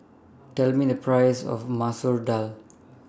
Tell Me The priceS of Masoor Dal